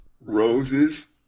roses